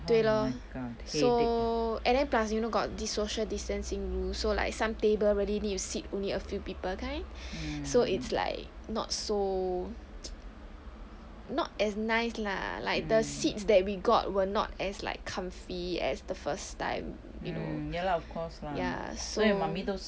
对 lor so and then plus you know got this social distancing rule so like some table really need to seat only a few people kind so it's like not so not as nice lah like the seats that we got were not as like comfy as the first time you know so